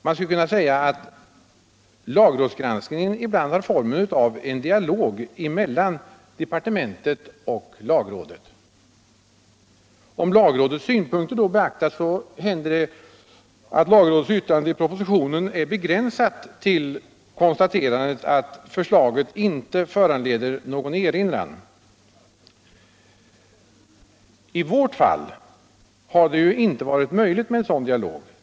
Man skulle kunna säga att lagrådsgranskningen ibland har formen av en dialog mellan departementet och lagrådet. Om lagrådets synpunkter då beaktas händer det att lagrådets yttrande i propositionen är begränsat till konstaterandet att förslaget inte föranleder någon erinran. I vårt fall har det inte varit möjligt med en sådan dialog.